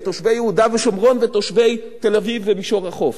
בתושבי יהודה ושומרון ובתושבי תל-אביב ומישור החוף,